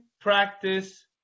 practice